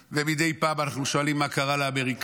ומדי פעם אנחנו שואלים מה קרה לאמריקאים,